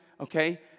okay